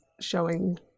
showing